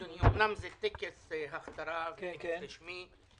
אדוני אמנם זה טקס הכתרה רשמי,